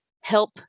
help